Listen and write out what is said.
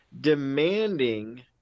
demanding